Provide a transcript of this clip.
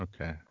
Okay